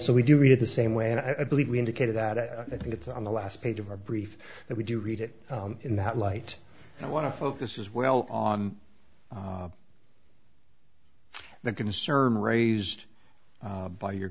so we do read it the same way and i believe we indicated that i think it's on the last page of our brief that we do read it in that light and want to focus is well on the concern raised by your